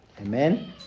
Amen